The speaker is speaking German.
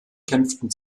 kämpften